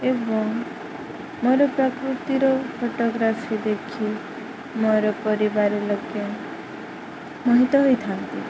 ଏବଂ ମୋର ପ୍ରକୃତିର ଫଟୋଗ୍ରାଫି ଦେଖି ମୋର ପରିବାର ଲୋକେ ମୋହିତ ହୋଇଥାନ୍ତି